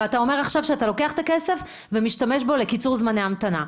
ואתה אומר עכשיו שאתה לוקח את הכסף ומשתמש בו לקיצור זמני ההמתנה.